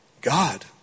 God